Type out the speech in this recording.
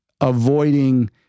avoiding